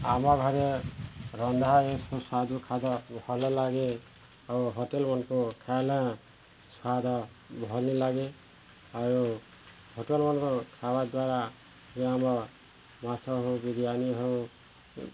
ଆମ ଘରେ ରନ୍ଧା ଏସବୁ ସ୍ୱାଦ ଖାଦ୍ୟ ଭଲ ଲାଗେ ଆଉ ହୋଟେଲ ମାନଙ୍କୁ ଖାଇଲେ ସ୍ୱାଦ ଭଲ ଲାଗେ ଆଉ ହୋଟେଲ ମାନଙ୍କୁ ଖାଇବା ଦ୍ୱାରା ଆମର ମାଛ ହଉ ବିରିୟାନୀ ହଉ